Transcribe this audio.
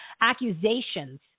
accusations